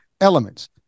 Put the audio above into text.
elements